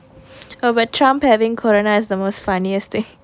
no but trump having corona is the most funniest thing